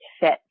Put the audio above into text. fit